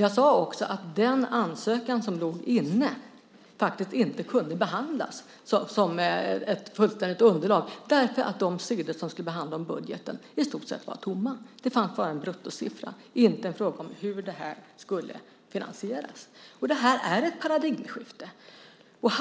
Jag sade också att den ansökan som låg inne faktiskt inte kunde behandlas som ett fullständigt underlag därför att de sidor som skulle handla om budgeten i stort sett var tomma. Det fanns bara en bruttosiffra, ingen fråga om hur det här skulle finansieras. Det här är ett paradigmskifte.